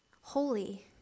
holy